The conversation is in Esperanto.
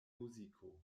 muziko